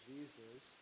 Jesus